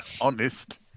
Honest